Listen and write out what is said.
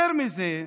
יותר מזה,